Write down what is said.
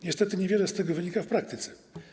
Niestety niewiele z tego wynika w praktyce.